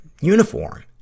Uniform